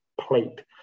plate